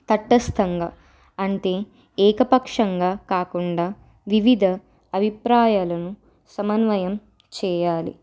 తట్టస్స్తంగా అంటే ఏకపక్షంగా కాకుండా వివిధ అభిప్రాయాలను సమన్వయం చేయాలి